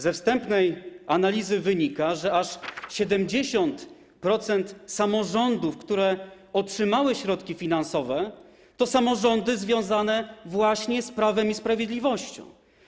Ze wstępnej analizy wynika, że aż 70% samorządów, które otrzymały środki finansowe, stanowią samorządy związane z Prawem i Sprawiedliwością.